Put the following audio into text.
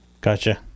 gotcha